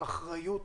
אחריות,